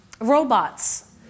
robots